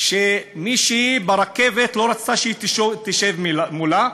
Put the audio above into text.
שמישהי ברכבת לא רצתה שהיא תשב מולה,